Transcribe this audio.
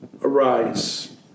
arise